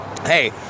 hey